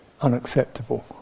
unacceptable